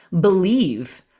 believe